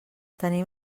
tenim